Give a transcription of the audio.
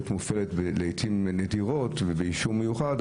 מופעלת שם לעיתים נדירות ובאישור מיוחד,